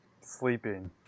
Sleeping